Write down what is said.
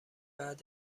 بعد